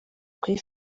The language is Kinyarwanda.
kuri